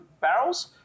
barrels